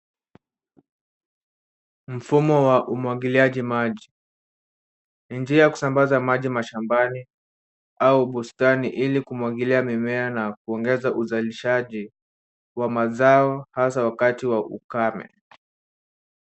Mfumo wa umwagiliaji maji , ni njia ya kusambaza maji mashambani au bustani ili kumwagilia mimea na kuongeza uzalishaji wa mazao hasaa wakati wa ukame.